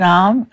Ram